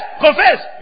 confess